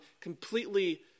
completely